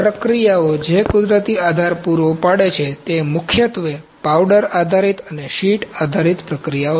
પ્રક્રિયાઓ જે કુદરતી આધાર પૂરો પાડે છે તે મુખ્યત્વે પાવડર આધારિત અને શીટ આધારિત પ્રક્રિયાઓ છે